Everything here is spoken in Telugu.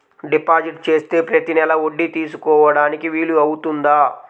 డిపాజిట్ చేస్తే ప్రతి నెల వడ్డీ తీసుకోవడానికి వీలు అవుతుందా?